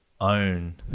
own